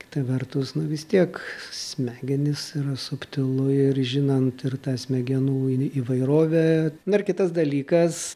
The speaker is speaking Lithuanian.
kita vertus vis tiek smegenys yra subtilu ir žinant ir tą smegenų įvairovę na ir kitas dalykas